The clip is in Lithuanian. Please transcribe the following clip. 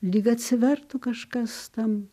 lyg atsivertų kažkas tam